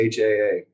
HAA